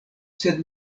sed